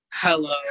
hello